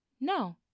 No